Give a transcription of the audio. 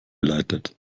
geleitet